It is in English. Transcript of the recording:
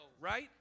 right